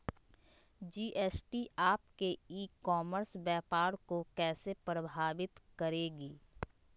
GST आपके e commerce व्यापार को कैसे प्रभावित करेगी?